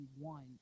one